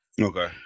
Okay